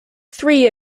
three